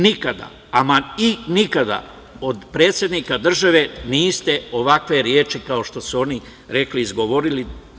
Nikada, ama nikada, od predsednika država niste ovakve reči, kao što su oni rekli, izgovorili.